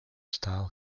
style